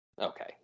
Okay